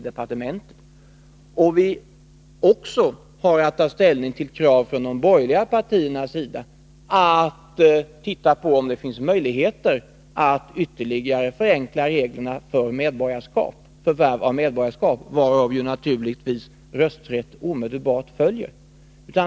Det andra är ett krav från de borgerliga partiernas sida att se över om det finns möjligheter att ytterligare förenkla reglerna för förvärv av medborgarskap, varav naturligtvis rösträtt följer.